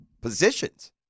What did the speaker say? positions